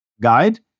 guide